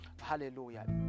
Hallelujah